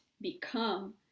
become